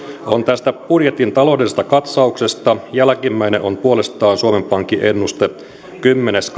on tästä budjetin taloudellisesta katsauksesta jälkimmäinen on puolestaan suomen pankin ennuste kymmenes